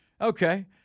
Okay